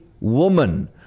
woman